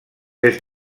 est